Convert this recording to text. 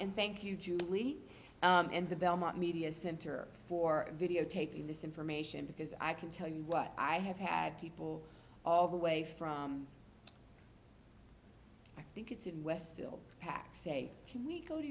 and thank you julie and the belmont media center for videotaping this information because i can tell you what i have had people all the way from i think it's in westville pac say can we go to